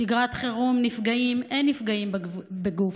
שגרת חירום, נפגעים, אין נפגעים בגוף,